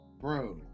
bro